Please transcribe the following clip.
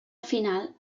final